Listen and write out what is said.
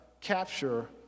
capture